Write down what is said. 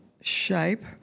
shape